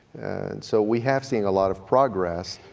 and so we have seen a lot of progress.